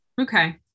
Okay